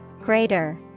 Greater